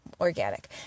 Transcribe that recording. organic